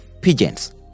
pigeons